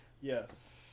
Yes